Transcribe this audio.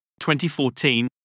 2014